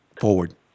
forward